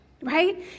right